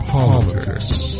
Politics